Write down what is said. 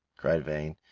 cried vane,